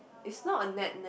is not a net net